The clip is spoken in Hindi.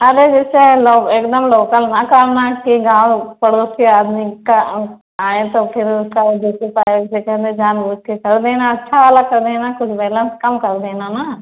अरे जैसे लोग एक दम लोकल ना करना कि गाँव पड़ोस के आदमी का अम आएँ तो फिर उसका यह जैसे पाए वैसे कर दें जान बूझ के कर देना अच्छा वाला कर देना कुछ बैलन्स कम कर देना ना